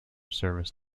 service